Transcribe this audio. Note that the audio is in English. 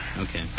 Okay